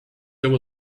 there